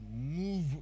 move